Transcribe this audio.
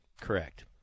correct